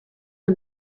der